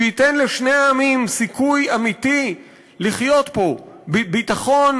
שייתן לשני העמים סיכוי אמיתי לחיות פה בביטחון,